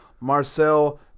Marcel